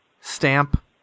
stamp